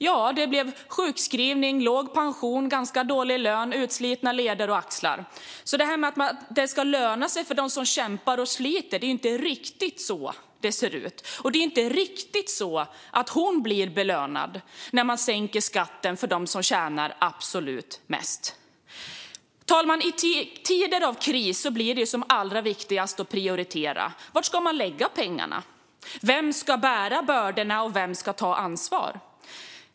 Ganska dålig lön, sjukskrivning, låg pension och utslitna leder och axlar. Att det ska löna sig för dem som kämpar och sliter, så ser det inte riktigt ut. Hon blir inte precis belönad när man sänker skatten för dem som tjänar absolut mest. Herr talman! I tider av kris blir det som allra viktigast att prioritera. Var ska man lägga pengarna? Vem ska bära bördorna, och vem ska ta ansvar?